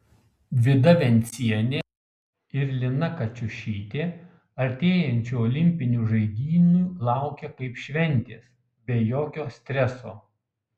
vida vencienė ir lina kačiušytė artėjančių olimpinių žaidynių laukia kaip šventės be jokio streso